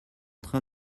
train